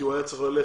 הוא היה צריך ללכת